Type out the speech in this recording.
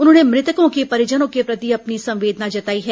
उन्होंने मृतकों के परिजर्नो के प्रति अपनी संवेदना जताई है